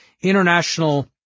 international